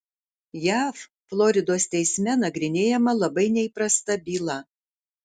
jav floridos teisme nagrinėjama labai neįprasta byla